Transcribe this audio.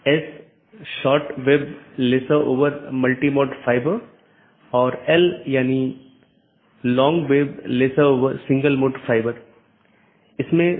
यह प्रत्येक सहकर्मी BGP EBGP साथियों में उपलब्ध होना चाहिए कि ये EBGP सहकर्मी आमतौर पर एक सीधे जुड़े हुए नेटवर्क को साझा करते हैं